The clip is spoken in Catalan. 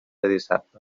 dissabte